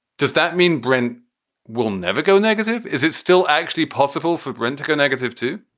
does that mean brent will never go negative? is it still actually possible for brent to go negative, too?